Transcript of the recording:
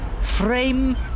frame